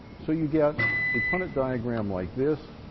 so you get a punnet diagram like this.